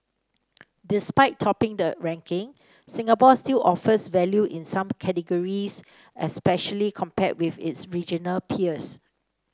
despite topping the ranking Singapore still offers value in some categories especially compared with its regional peers